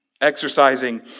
Exercising